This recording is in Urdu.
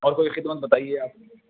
اور کوئی خدمت بتائیے آپ